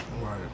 right